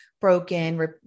broken